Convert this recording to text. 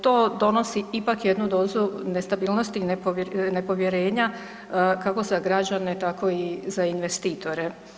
To donosi ipak jednu dozu nestabilnosti i nepovjerenja kako za građane tako i za investitore.